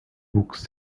wuchs